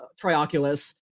Trioculus